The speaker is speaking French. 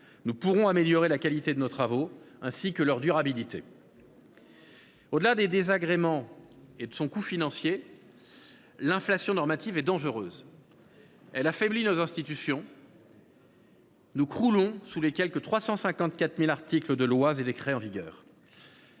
nous pourrons améliorer la qualité de nos travaux, ainsi que leur durabilité. Au delà de ses désagréments et de son coût financier, l’inflation normative est dangereuse : elle affaiblit nos institutions. Nous croulons sous les quelque 354 000 articles de lois et décrets en vigueur.